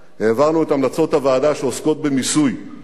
העברנו את המלצות הוועדה שעוסקות במיסוי,